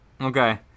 Okay